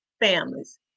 families